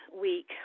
week